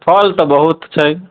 फल तऽ बहुत छै